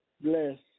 bless